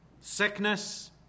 Sickness